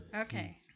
Okay